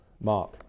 Mark